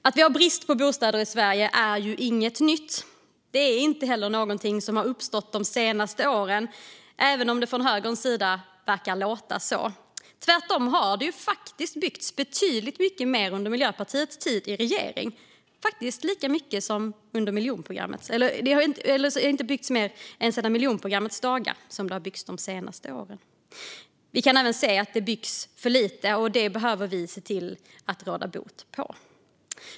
Att vi har brist på bostäder i Sverige är ju ingenting nytt, och det är inte heller någonting som har uppstått de senaste åren - även om det låter så från högerns sida. Tvärtom byggdes det betydligt mer under Miljöpartiets tid i regering; det har inte byggts så mycket sedan miljonprogrammets dagar som under de senaste åren. Men vi kan ändå se att det byggs för lite, och det behöver vi se till att råda bot på.